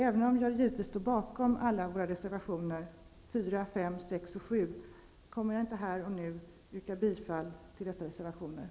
Även om jag givetvis står bakom alla våra reservationer -- nr 4, 5, 6 och 7 -- yrkar jag här och nu inte bifall till dem.